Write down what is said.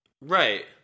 Right